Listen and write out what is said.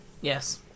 Yes